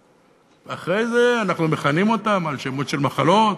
אחרי זה אנחנו מכנים אותם בשמות של מחלות,